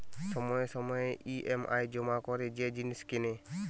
সময়ে সময়ে ই.এম.আই জমা করে যে জিনিস কেনে